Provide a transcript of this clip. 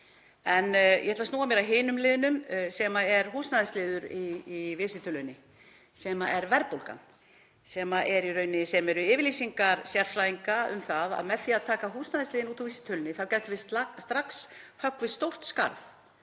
En ég ætla að snúa mér að hinum liðnum sem er húsnæðisliðurinn í vísitölunni, sem er verðbólgan. Ég vil gera að umtalsefni yfirlýsingar sérfræðinga um það að með því að taka húsnæðisliðinn út úr vísitölunni gætum við strax höggvið stórt skarð